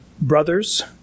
brothers